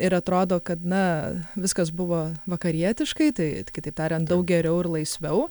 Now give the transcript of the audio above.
ir atrodo kad na viskas buvo vakarietiškai tai kitaip tariant daug geriau ir laisviau